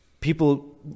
people